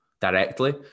directly